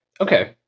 okay